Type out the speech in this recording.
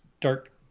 dark